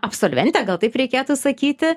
absolventė gal taip reikėtų sakyti